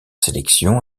sélection